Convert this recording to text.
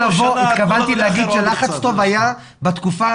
התכוונתי להגיד שלחץ טוב היה בתקופה